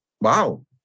wow